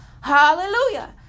Hallelujah